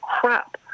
crap